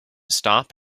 stop